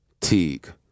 Teague